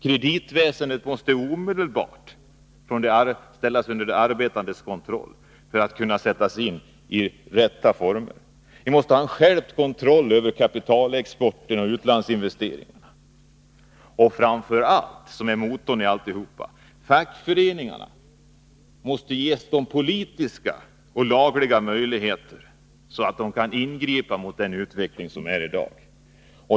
Kreditväsendet måste omedelbart ställas under de arbetandes kontroll, för att verksamheten skall få rätta former. Vi måste ha en skärpt kontroll över kapitalexporten och utlandsinvesteringarna. Och framför allt — och det är motorn i alltihop — måste fackföreningarna ges politiska och lagliga möjligheter för att kunna ingripa mot den utveckling som sker i dag.